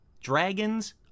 dragons